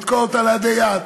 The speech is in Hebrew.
כדי לתקוע אותה לעדי עד.